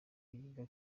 yiga